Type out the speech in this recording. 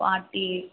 forty